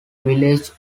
village